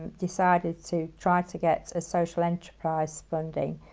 decided to try to get a social enterprise funding,